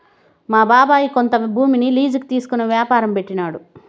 మా బాబాయ్ కొంత భూమిని లీజుకి తీసుకునే యాపారం పెట్టినాడు